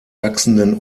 wachsenden